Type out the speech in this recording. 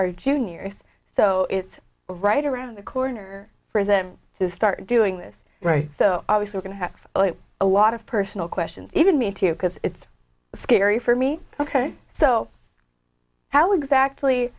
are junior so it's right around the corner for them to start doing this right so i was going to have a lot of personal questions even me too because it's scary for me ok so how exactly